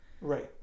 Right